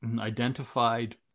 identified